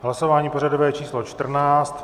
Hlasování pořadové číslo 14.